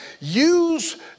use